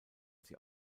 sie